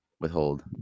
withhold